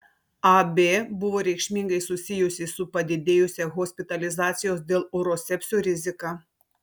ab buvo reikšmingai susijusi su padidėjusia hospitalizacijos dėl urosepsio rizika